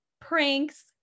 pranks